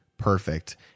perfect